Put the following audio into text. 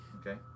Okay